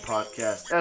Podcast